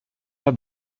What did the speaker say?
pas